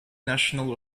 national